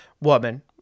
woman